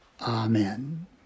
Amen